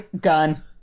Gun